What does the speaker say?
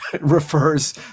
refers